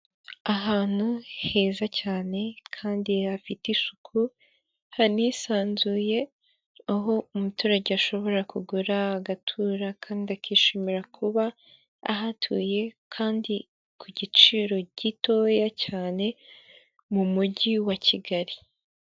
Uhantu heza cyane kandi hafite isuku hanisanzuye, aho umuturage ashobora kugura agatura kandi akishimira kuba ahatuye kandi ku giciro gitoya cyane mu mujyi wa Kigali.